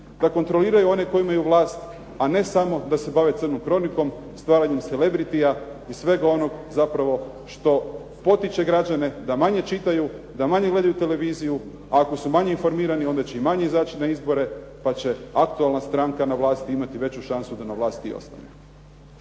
da kontroliraju one koji imaju vlast a ne samo da se bave crnom kronikom, stvaranjem celebritija i svega onoga zapravo što potiče građane da manje čitaju, da manje gledaju televiziju a ako su manje informirani, onda će i manje izaći na izbore pa će aktualna stranka na vlasti imati veću šansu da na vlasti i ostane.